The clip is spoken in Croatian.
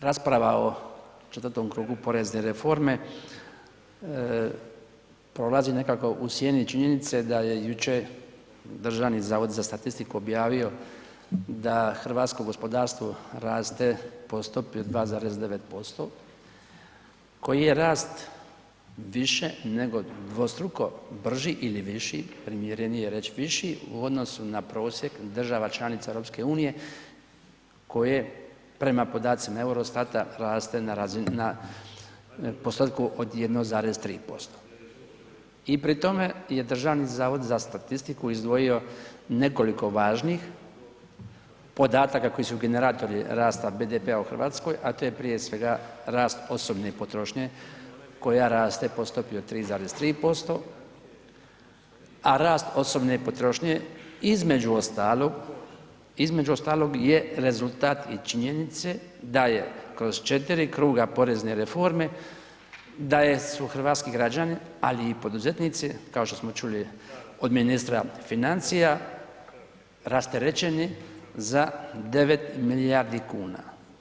Rasprava o 4. krugu porezne reforme prolazi nekako u sjeni činjenice da je jučer Državni zavod za statistiku objavio da hrvatsko gospodarstvo raste po stopi od 2,9% koji je rast više nego dvostruko brži ili viši, primjerenije je reći viši, u odnosu na prosjek država članica EU-e koje prema podacima Eurostata raste na razini na postotku od 1,3% i pri tome je Državni zavod za statistiku izdvojio nekoliko važnih podataka koji su generatori rasta BDP-a u Hrvatskoj, a to je prije svega rast osobne potrošnje, koja raste po stopi od 3,3%, a rast osobne potrošnje, između ostalog je rezultat i činjenice da je kroz 4. kruga porezne reforme, da su hrvatski građani, ali i poduzetnici, kao što smo čuli od ministra financija rasterećeni za 9 milijardi kuna.